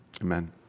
amen